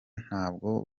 ntabwo